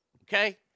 okay